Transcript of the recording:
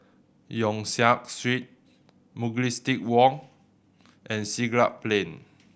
Yong Siak Street Mugliston Walk and Siglap Plain